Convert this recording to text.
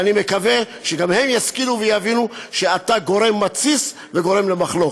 ואני מקווה שגם הם ישכילו ויבינו שאתה גורם מתסיס וגורם למחלוקת.